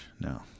No